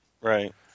right